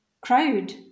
crowd